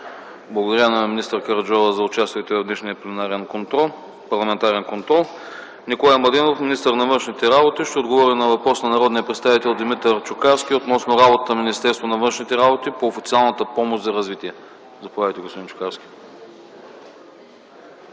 Благодаря на министър Караджова за участието й в днешния парламентарен контрол. Николай Младенов – министър на външните работи, ще отговори на въпрос на народния представител Димитър Чукарски относно работата на Министерството на външните работи по Официалната помощ за развитие. Заповядайте, господин Чукарски.